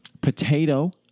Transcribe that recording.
potato